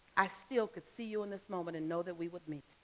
i still could see you in this moment and know that we would meet.